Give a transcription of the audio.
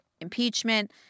impeachment